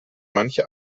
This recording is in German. manche